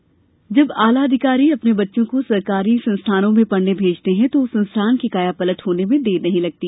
अनूठी पहल जब आला अधिकारी अपने बच्चों को सरकारी संस्थानों में पढ़ने भेजते है तो उस संस्थान की कायापलट होने में देर नहीं लगती